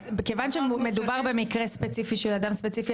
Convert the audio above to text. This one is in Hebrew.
אז כיוון שמדובר במקרה ספציפי של אדם ספציפי,